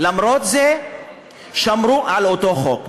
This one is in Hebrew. למרות זה שמרו על אותו חוק.